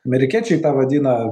amerikiečiai tą vadina